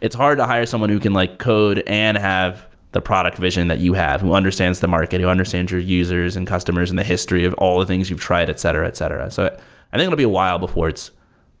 it's hard to hire someone who can like code and have the product vision that you have who understands the market, who understands your users and customers and the history of all the things you've tried etc, etc. so i think it'll be a while before it's